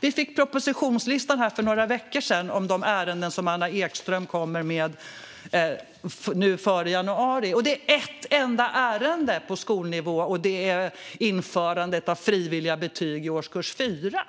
Vi fick för några veckor sedan propositionslistan för de ärenden som Anna Ekström kommer med före januari. Det finns ett enda ärende på skolnivå, och det är införandet av frivilliga betyg i årskurs 4.